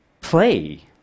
Play